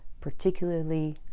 particularly